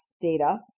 data